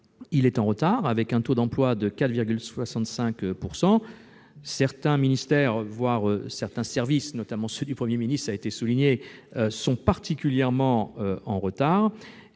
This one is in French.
il est en retard, avec un taux d'emploi de 4,65 %. Certains ministères, voire certains services, notamment ceux du Premier ministre, cela a été souligné, sont particulièrement en retard